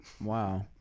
Wow